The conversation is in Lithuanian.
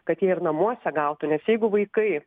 kad jie ir namuose gautų nes jeigu vaikai